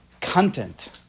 content